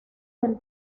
del